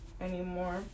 anymore